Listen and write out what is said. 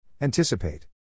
Anticipate